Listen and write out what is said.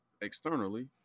externally